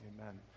Amen